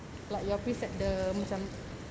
like your preset the macam